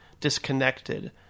disconnected